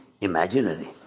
imaginary